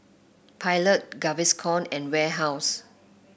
Pilot Gaviscon and Warehouse